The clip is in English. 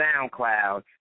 SoundCloud